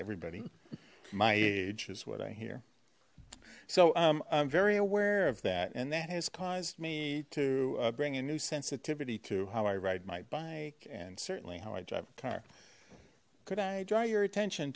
everybody my age is what i hear so i'm very aware of that and that has caused me to bring a new sensitivity to how i ride my bike and certainly how i drive a car could i draw your attention